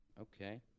Okay